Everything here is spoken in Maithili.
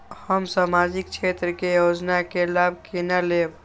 हम सामाजिक क्षेत्र के योजना के लाभ केना लेब?